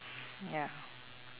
ya